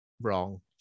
wrong